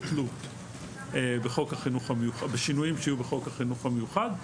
תלות בשינויים שיהיו בחוק החינוך המיוחד.